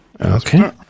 Okay